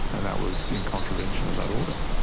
and that was in contravention of that order.